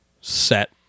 set